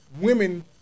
women